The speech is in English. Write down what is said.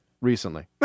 Recently